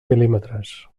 mil·límetres